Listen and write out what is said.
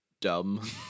dumb